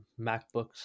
MacBooks